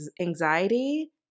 anxiety